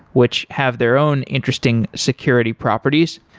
which have their own interesting security properties.